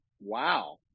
Wow